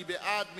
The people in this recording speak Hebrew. מי בעד?